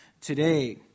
today